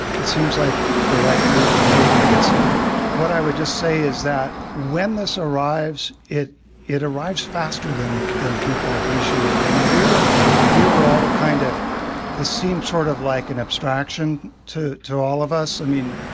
it seems like the right move to make. i guess what i would just say is that when this arrives, it it arrives faster than than people appreciated. i mean, we were we were all kind of this seemed sort of like an abstraction to to all of us. i mean,